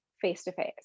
face-to-face